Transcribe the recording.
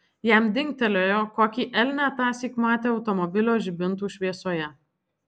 jam dingtelėjo kokį elnią tąsyk matė automobilio žibintų šviesoje